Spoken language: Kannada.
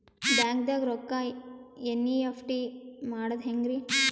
ಬ್ಯಾಂಕ್ದಾಗ ರೊಕ್ಕ ಎನ್.ಇ.ಎಫ್.ಟಿ ಮಾಡದ ಹೆಂಗ್ರಿ?